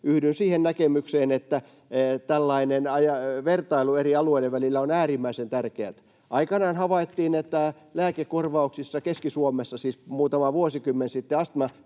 Yhdyn siihen näkemykseen, että tällainen vertailu eri alueiden välillä on äärimmäisen tärkeätä. Aikanaan havaittiin, että lääkekorvauksissa Keski-Suomessa, siis muutama vuosikymmen sitten,